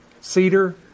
cedar